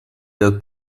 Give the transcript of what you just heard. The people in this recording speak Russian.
ряд